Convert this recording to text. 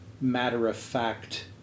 matter-of-fact